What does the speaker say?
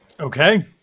Okay